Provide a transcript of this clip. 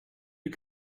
you